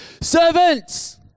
servants